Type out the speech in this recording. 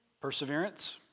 Perseverance